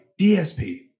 DSP